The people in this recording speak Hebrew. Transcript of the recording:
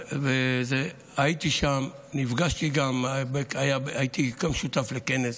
הייתי שם, וגם הייתי שותף לכנס.